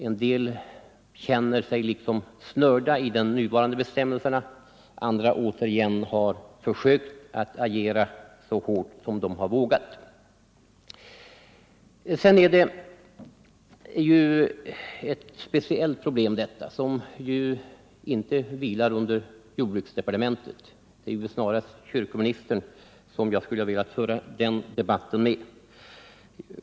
En del känner sig liksom snörda i de nuvarande bestämmelserna — andra återigen har försökt att agera så hårt som de har vågat. Kyrkans kapitalplaceringar är ett problem som inte vilar under jordbruksdepartementet. Det är ju snarast kyrkoministern som jag skulle ha velat föra den debatten med.